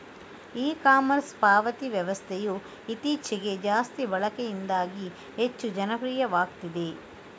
E commerce ಪಾವತಿ ವ್ಯವಸ್ಥೆಯು ಇತ್ತೀಚೆಗೆ ಜಾಸ್ತಿ ಬಳಕೆಯಿಂದಾಗಿ ಹೆಚ್ಚು ಜನಪ್ರಿಯವಾಗ್ತಿದೆ